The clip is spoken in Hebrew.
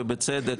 ובצדק,